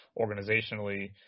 organizationally